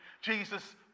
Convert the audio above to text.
Jesus